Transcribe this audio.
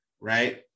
right